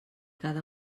cada